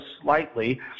slightly